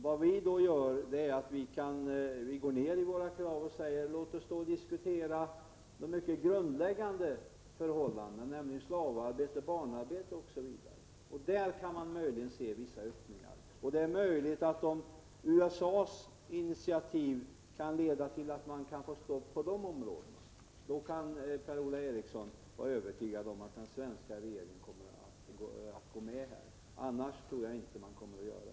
Vad vi gör då är att vi går ner i våra krav och säger: Låt oss diskutera de mycket grundläggande förhållandena, nämligen slavarbete, barnarbete osv. Där kan vi möjligen se vissa öppningar. Det är möjligt att USA:s initiativ kan leda till att man får stopp på de missförhållandena. Om det lyckas, kan Per-Ola Eriksson vara övertygad om att den svenska regeringen kommer att gå med. Annars tror jag inte att Sverige kommer att göra det.